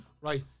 Right